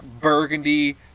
burgundy